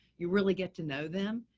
you really get to know them.